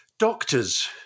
Doctors